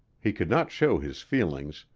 he could not show his feelings,